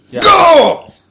Go